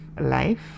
life